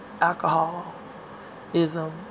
alcoholism